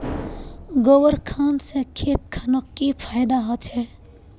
गोबर खान से खेत खानोक की फायदा होछै?